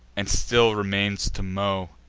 and still remains to mow.